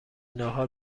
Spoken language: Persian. ناهار